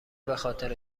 بخاطر